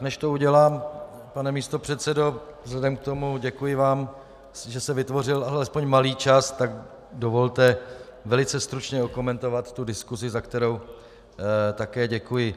Než to udělám, pane místopředsedo, vzhledem k tomu, děkuji vám, že se vytvořil alespoň malý čas, tak dovolte velice stručně okomentovat diskusi, za kterou také děkuji.